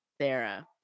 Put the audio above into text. Sarah